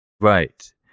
right